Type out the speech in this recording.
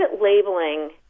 labeling